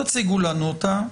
תציגו לנו אותה.